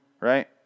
Right